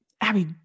Abby